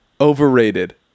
overrated